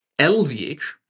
LVH